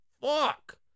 Fuck